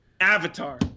avatar